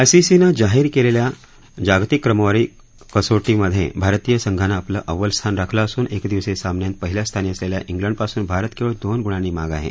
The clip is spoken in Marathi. आयसीसीनं जाहीर केलेल्या जागतिक क्रमवारीत कसोटीमधे भारतीय संघानं आपलं अव्वल स्थान राखलं असून एक दिवसीय सामन्यांत पहिल्या स्थानी असलेल्या ख्लिडपासून भारत केवळ दोन गुणांनी मागं आहे